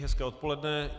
Hezké odpoledne.